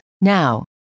Now